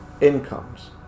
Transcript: incomes